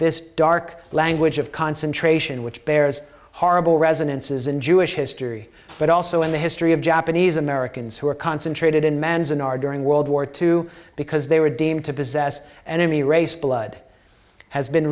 this dark language of concentration which bears horrible resonances in jewish history but also in the history of japanese americans who are concentrated in mans in our during world war two because they were deemed to possess and any race blood has been